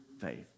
faith